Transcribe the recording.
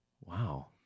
Wow